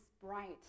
bright